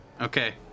Okay